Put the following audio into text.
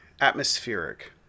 Atmospheric